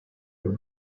who